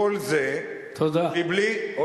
כל זה, מבלי, תודה.